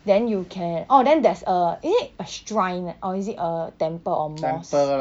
then you can orh then there's a is it a shrine or is it a temple or mosque